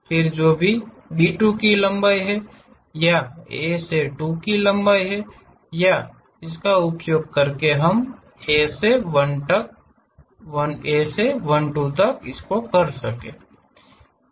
फिर जो भी B2 की लंबाई है या A से 2 की लंबाई है तो उसी लंबाई का उपयोग हम A से 1 2 तक करते हैं